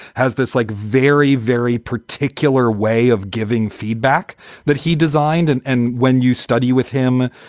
has this like very, very particular way of giving feedback that he designed. and and when you study with him,